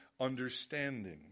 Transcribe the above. understanding